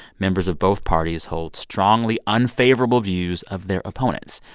members of both parties hold strongly unfavorable views of their opponents.